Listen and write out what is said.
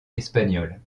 espagnol